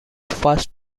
fast